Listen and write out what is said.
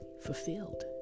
fulfilled